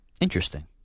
Interesting